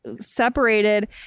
separated